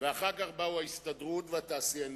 ואחר כך באו ההסתדרות והתעשיינים,